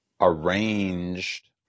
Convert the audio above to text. arranged